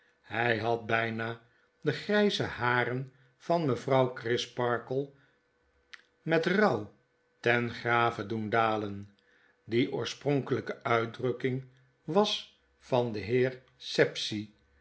hy had byna de gryze haren van mevrouw grisparkle met rouw ten grave doen dalen die oorspronkelijke uitdrukking was van den heer